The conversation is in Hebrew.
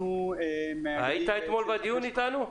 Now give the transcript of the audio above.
היית אתמול בדיון איתנו?